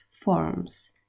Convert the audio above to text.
forms